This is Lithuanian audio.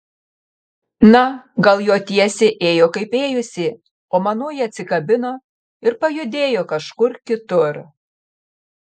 na gal jo tiesė ėjo kaip ėjusi o manoji atsikabino ir pajudėjo kažkur kitur